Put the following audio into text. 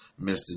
Mr